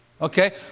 Okay